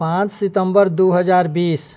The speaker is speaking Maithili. पाँच सितम्बर दू हजार बीस